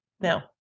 Now